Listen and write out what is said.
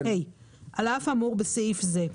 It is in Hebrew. על אף האמור סעיף זה,